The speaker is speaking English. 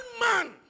man